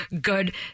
good